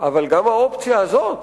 אבל גם האופציה הזאת